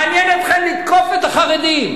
מעניין אתכם לתקוף את החרדים.